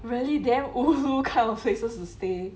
really damn ulu kind of places to stay